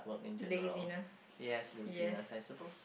laziness yes